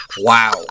Wow